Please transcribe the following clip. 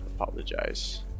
apologize